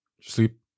Sleep